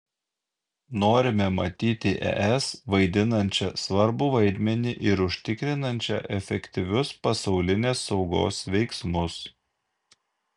norime matyti es vaidinančią svarbų vaidmenį ir užtikrinančią efektyvius pasaulinės saugos veiksmus